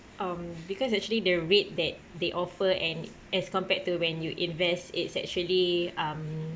um because actually the rate that they offer and as compared to when you invest it's actually um